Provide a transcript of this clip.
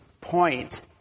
Point